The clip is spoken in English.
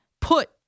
put